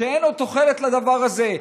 שאין עוד תוחלת לדבר הזה?